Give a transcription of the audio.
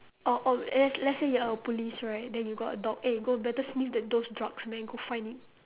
or or let's let's say you are a police right then you got a dog eh go better sniff the those drugs then go find it